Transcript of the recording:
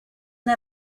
una